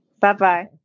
Bye-bye